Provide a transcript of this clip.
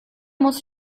muss